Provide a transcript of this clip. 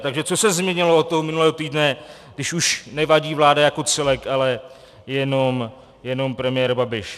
Takže co se změnilo od minulého týdne, když už nevadí vláda jako celek, ale jenom premiér Babiš?